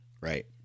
Right